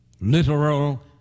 literal